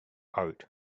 art